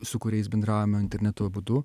su kuriais bendravome internetu abudu